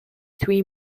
three